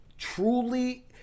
truly